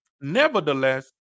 Nevertheless